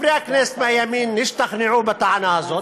חברי הכנסת מהימין השתכנעו בטענה הזאת,